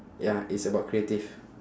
ya it's about creative